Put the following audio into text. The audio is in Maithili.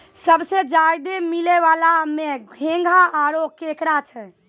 सबसें ज्यादे मिलै वला में घोंघा आरो केकड़ा छै